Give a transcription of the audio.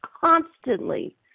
constantly